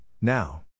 now